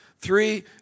Three